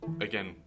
again